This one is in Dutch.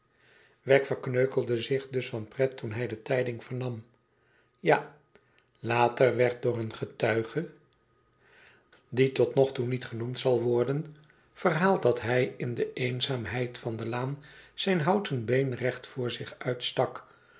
wegg verkneukelde zich dus van pret toen hij de tijding vernam ja later werd door een getuige die tot nog toe niet genoemd zal worden verhaald dat hij in de eenzaamheid van de laan zijn houten been recht voor zich uitstak